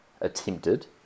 attempted